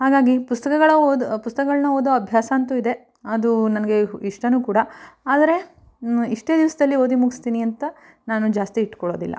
ಹಾಗಾಗಿ ಪುಸ್ತಕಗಳ ಓದೋ ಪುಸ್ತಕಗಳನ್ನು ಓದೋ ಅಭ್ಯಾಸ ಅಂತೂ ಇದೆ ಅದು ನನಗೆ ಇಷ್ಟವೂ ಕೂಡ ಆದರೆ ಇಷ್ಟೇ ದಿವ್ಸದಲ್ಲಿ ಓದಿ ಮುಗಿಸ್ತೀನಿ ಅಂತ ನಾನು ಜಾಸ್ತಿ ಇಟ್ಕೊಳೋದಿಲ್ಲ